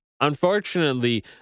Unfortunately